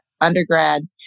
undergrad